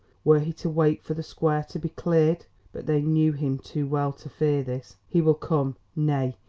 were he to wait for the square to be cleared but they knew him too well to fear this. he will come nay,